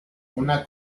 una